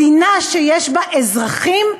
מדינה שיש בה אזרחים,